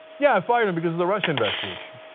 yeah fired him because of the russia investigation.